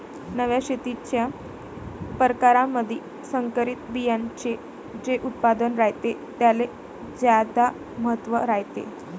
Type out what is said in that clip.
नव्या शेतीच्या परकारामंधी संकरित बियान्याचे जे उत्पादन रायते त्याले ज्यादा महत्त्व रायते